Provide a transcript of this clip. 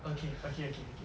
okay okay okay